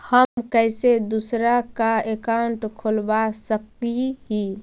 हम कैसे दूसरा का अकाउंट खोलबा सकी ही?